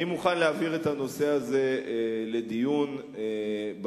אני מוכן להעביר את הנושא הזה לדיון בוועדה.